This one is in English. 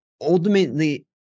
Ultimately